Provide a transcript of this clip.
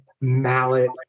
mallet